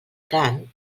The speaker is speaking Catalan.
cant